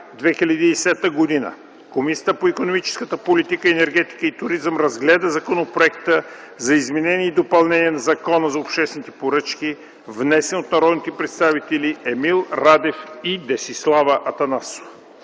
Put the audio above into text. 2010 г., Комисията по икономическата политика, енергетика и туризъм разгледа Законопроекта за изменение и допълнение на Закона за обществените поръчки, внесен от народните представители Емил Радев и Десислава Атанасова.